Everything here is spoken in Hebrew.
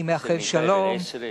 אני מאחל שלום,